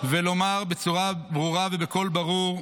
ולומר בצורה ברורה ובקול ברור: